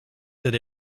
that